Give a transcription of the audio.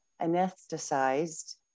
anesthetized